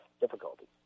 difficulties